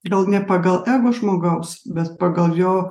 gal ne pagal ego žmogaus bet pagal jo